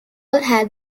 had